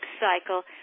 cycle